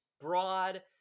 broad